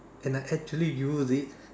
and I actually used it